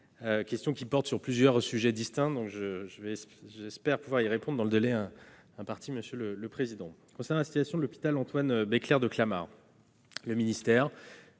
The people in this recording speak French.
question portant sur plusieurs sujets distincts, j'espère pouvoir y répondre dans le délai imparti par M. le président. Concernant la situation de l'hôpital Antoine-Béclère de Clamart, le ministère